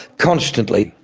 constantly.